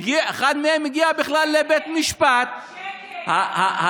אחד מהם הגיע בכלל לבית משפט, שקר, שקר, שקר.